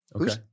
Okay